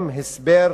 הם הסבר